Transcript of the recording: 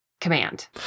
command